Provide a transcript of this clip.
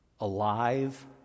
alive